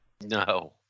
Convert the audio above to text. No